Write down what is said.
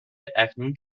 اکنون